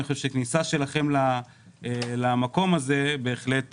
אני חושב שכניסה שלכם למקום הזה בהחלט